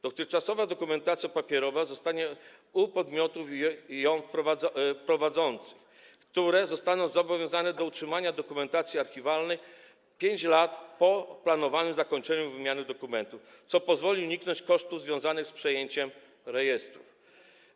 Dotychczasowa dokumentacja papierowa pozostanie u podmiotów ją prowadzących, które zostaną obowiązane do utrzymywania dokumentacji archiwalnej przez 5 lat po planowanym zakończeniu wymiany dokumentów, co pozwoli uniknąć kosztów związanych z przejęciem rejestrów.